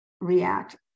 react